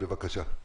בבקשה.